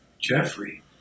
Jeffrey